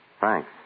Thanks